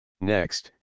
Next